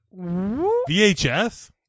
VHS